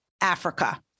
Africa